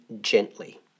gently